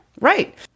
right